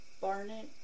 Barnett